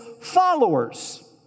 followers